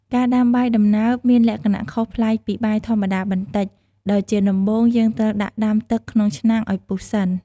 ការដាំបាយដំណើបមានលក្ខណៈខុសប្លែកពីបាយធម្មតាបន្តិច ដោយជាដំបូងយើងត្រូវដាក់ដាំទឹកក្នុងឆ្នាំងឱ្យពុះសិន។